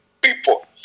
people